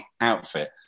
outfit